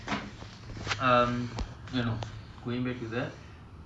um because like I am trying to go to a different direction and if that